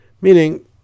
meaning